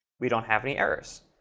we don't have any errors.